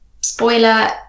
spoiler